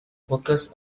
workers